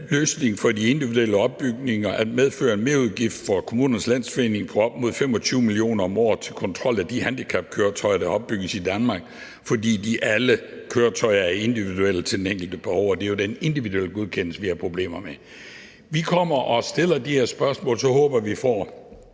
løsning for de individuelle opbygninger at medføre en mer-udgift for KL på op mod 25 mio. kr. om året til kontrol af de handicapkøretøjer, der opbygges i Danmark; og hvor ALLE køretøjer er individuelle til den enkelte borger ...« Det er jo den individuelle godkendelse, vi har problemer med. Vi kommer og stiller de her spørgsmål, og så håber vi,